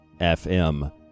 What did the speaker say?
FM